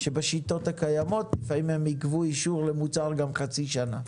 שבשיטות הקיימות לפעמים הם עיכבו אישור למוצר גם חצי שנה.